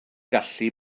gallu